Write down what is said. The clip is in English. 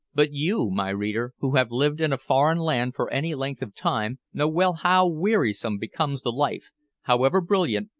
but you, my reader, who have lived in a foreign land for any length of time, know well how wearisome becomes the life however brilliant,